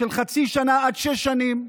של חצי שנה עד שש שנים,